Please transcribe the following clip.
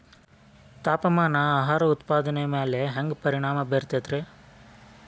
ತಾಪಮಾನ ಆಹಾರ ಉತ್ಪಾದನೆಯ ಮ್ಯಾಲೆ ಹ್ಯಾಂಗ ಪರಿಣಾಮ ಬೇರುತೈತ ರೇ?